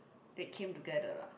that came together lah